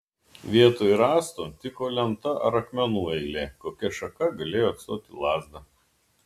vietoj rąsto tiko lenta ar akmenų eilė kokia šaka galėjo atstoti lazdą